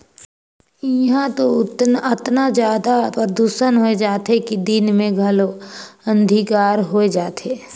इहां तो अतना जादा परदूसन होए जाथे कि दिन मे घलो अंधिकार होए जाथे